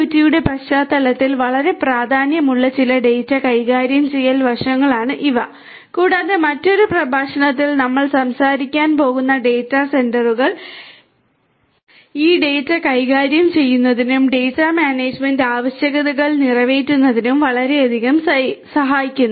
IIoT യുടെ പശ്ചാത്തലത്തിൽ വളരെ പ്രാധാന്യമുള്ള ചില ഡാറ്റ കൈകാര്യം ചെയ്യൽ വശങ്ങളാണ് ഇവ കൂടാതെ മറ്റൊരു പ്രഭാഷണത്തിൽ നമ്മൾ സംസാരിക്കാൻ പോകുന്ന ഡാറ്റാ സെന്ററുകൾ ഈ ഡാറ്റ കൈകാര്യം ചെയ്യുന്നതിനും ഡാറ്റ മാനേജ്മെന്റ് ആവശ്യകതകൾ നിറവേറ്റുന്നതിനും വളരെയധികം സഹായിക്കുന്നു